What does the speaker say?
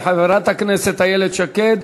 חברת הכנסת איילת שקד,